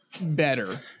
better